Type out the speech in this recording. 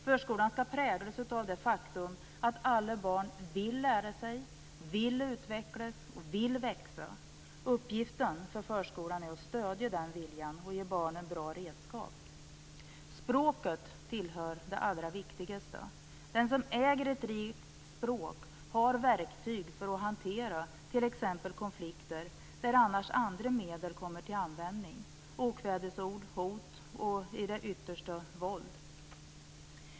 Förskolan skall präglas av det faktum att alla barn vill lära sig, vill utvecklas och vill växa. Uppgiften för förskolan är att stödja den viljan och ge barnen bra redskap. Språket tillhör det allra viktigaste. Den som äger ett rikt språk har verktyg för att hantera t.ex. konflikter, där annars andra medel kommer till användning. Det kan vara okvädesord, hot och i det yttersta - våld.